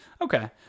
Okay